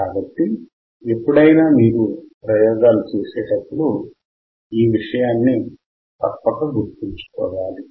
కాబట్టి ఎప్పుడైనా మీరు ప్రయోగాలు చేసేటప్పుడు ఈ విషయాన్ని తప్పక గుర్తుంచుకోవాలి